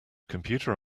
computer